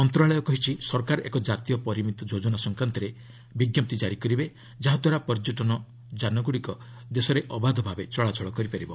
ମନ୍ତ୍ରଣାଳୟ କହିଛି ସରକାର ଏକ ଜାତୀୟ ପରିମିତି ଯୋଜନା ସଂକ୍ରାନ୍ତରେ ବିଜ୍ଞପ୍ତି ଜାରି କରିବେ ଯାହାଦ୍ୱାରା ପର୍ଯ୍ୟଟନ ଯାନଗୁଡ଼ିକ ଦେଶରେ ଅବାଧ ଚଳାଚଳ କରିପାରିବ